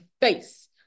face